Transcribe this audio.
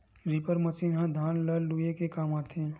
reaper machine ह धान ल लूए के काम आथे